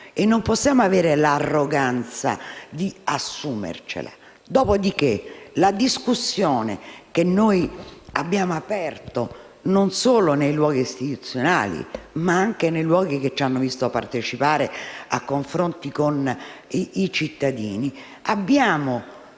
e non possiamo avere l'arroganza di assumercele. Dopodiché, nella discussione che abbiamo aperto non solo nei luoghi istituzionali, ma anche nei luoghi che ci hanno visto partecipare a confronti con i cittadini, abbiamo